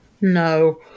no